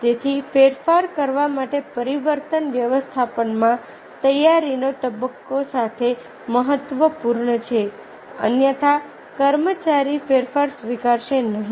તેથી ફેરફાર કરવા માટે પરિવર્તન વ્યવસ્થાપનમાં તૈયારીનો તબક્કો સૌથી મહત્વપૂર્ણ છે અન્યથા કર્મચારી ફેરફાર સ્વીકારશે નહીં